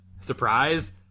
surprise